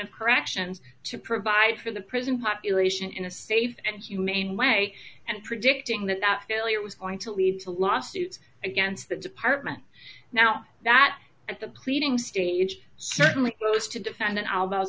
of corrections to provide for the prison population in a safe and humane way and predicting that that failure was going to lead to lawsuits against the department now that at the pleading stage certainly close to defendant al